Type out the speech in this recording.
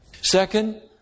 Second